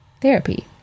therapy